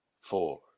four